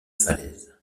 falaise